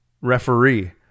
referee